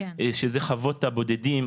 שזה חוות הבודדים,